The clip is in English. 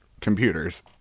computers